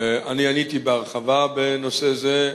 אני עניתי בהרחבה בנושא זה.